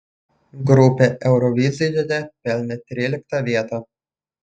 grupė eurovizijoje pelnė tryliktą vietą